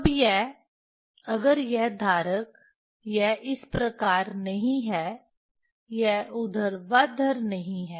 अब यह अगर यह धारक यह इस प्रकार नहीं है यह ऊर्ध्वाधर नहीं है